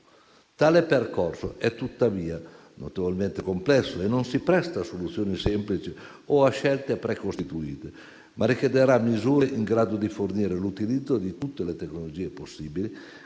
Tale percorso è tuttavia notevolmente complesso e non si presta a soluzioni semplici o a scelte precostituite, ma richiederà misure in grado di fornire l'utilizzo di tutte le tecnologie possibili,